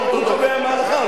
הוא קובע מה ההלכה.